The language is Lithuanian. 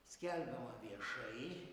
skelbiama viešai